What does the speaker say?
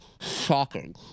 shocking